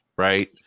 Right